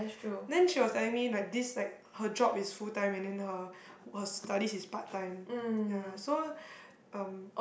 then she was telling me like this like her job is full time and then her her study is part time ya so um